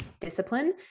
discipline